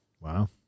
Wow